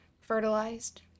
fertilized